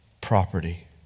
property